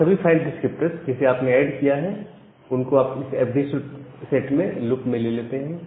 वह सभी file descriptor जिसे आपने ऐड किया है उनको आप इस एफडी सेट में लुप में ले लेते हैं